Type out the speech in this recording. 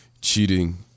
cheating